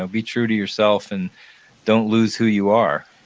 ah be true to yourself and don't lose who you are.